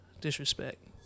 disrespect